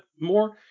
more